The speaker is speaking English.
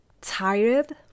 tired